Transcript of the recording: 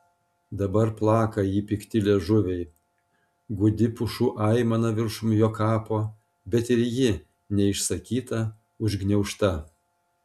dabar plaka jį pikti liežuviai gūdi pušų aimana viršum jo kapo bet ir ji neišsakyta užgniaužta